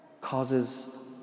causes